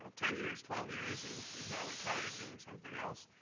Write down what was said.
ten years, twelve years, and is now retired doing something else.